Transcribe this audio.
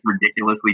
ridiculously